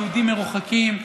יהודים מרוחקים,